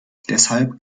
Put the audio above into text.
deshalb